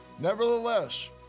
Nevertheless